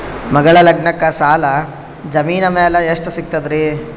ಮಗಳ ಲಗ್ನಕ್ಕ ಸಾಲ ಜಮೀನ ಮ್ಯಾಲ ಎಷ್ಟ ಸಿಗ್ತದ್ರಿ?